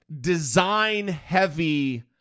design-heavy